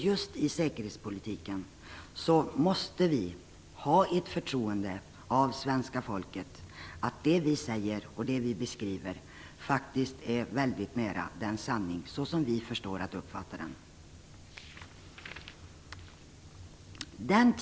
Just i säkerhetspolitiken måste vi ha ett förtroende från svenska folket, byggt på att det som vi säger och beskriver ligger mycket nära sanningen, såsom vi förmår uppfatta den.